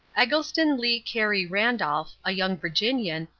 eggleston lee carey randolph, a young virginian,